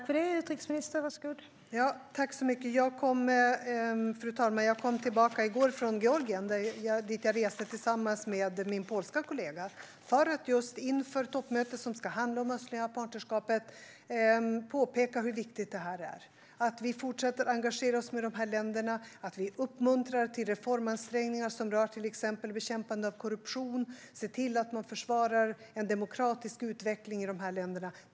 Fru talman! Jag kom tillbaka i går från Georgien dit jag reste tillsammans med min polska kollega för att inför toppmötet, som ska handla om det östliga partnerskapet, påpeka hur viktigt det är att vi fortsätter att engagera oss i dessa länder. Vi ska uppmuntra till reformansträngningar som rör till exempel bekämpande av korruption. Vi ska se till att försvara en demokratisk utveckling i dessa länder.